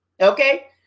okay